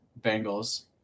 Bengals